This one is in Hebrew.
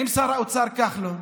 עם שר האוצר כחלון,